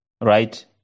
right